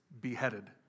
beheaded